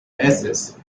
ashes